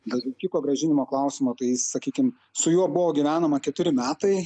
dėl vilkiko grąžinimo klausimo tai sakykim su juo buvo gyvenama keturi metai